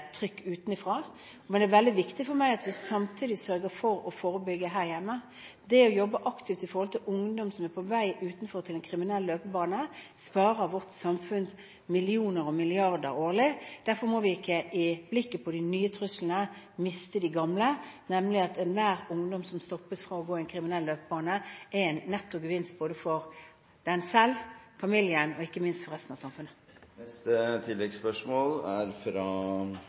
trykk utenfra. Men det er veldig viktig for meg at vi samtidig sørger for å forebygge her hjemme. Det å jobbe aktivt i forhold til ungdom som er på vei inn i en kriminell løpebane, sparer vårt samfunn for millioner og milliarder årlig. Derfor må vi i blikket på de nye truslene ikke miste de gamle av syne, nemlig at enhver ungdom som stoppes fra å få en kriminell løpebane, er en netto gevinst for ungdommen selv, familien og ikke minst for resten av samfunnet. Hadia Tajik – til oppfølgingsspørsmål. Det er